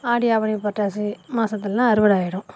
ஆடி ஆவணி புரட்டாசி மாசத்துலெல்லாம் அறுவடை ஆயிடும்